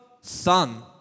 son